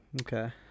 okay